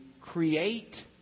create